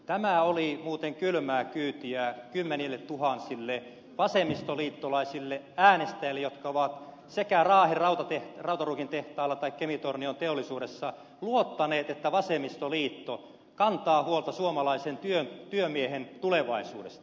tämä oli muuten kylmää kyytiä kymmenilletuhansille vasemmistoliittolaisille äänestäjille jotka ovat raahen rautaruukin tehtaalla tai kemintornion teollisuudessa luottaneet että vasemmistoliitto kantaa huolta suomalaisen työmiehen tulevaisuudesta